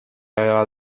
aveva